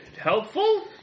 helpful